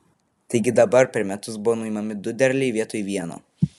taigi dabar per metus buvo nuimami du derliai vietoj vieno